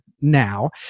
now